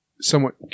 somewhat